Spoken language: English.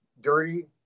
dirty